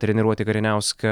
treniruoti kariniauską